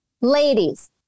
Ladies